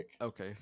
Okay